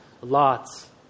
lots